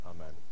Amen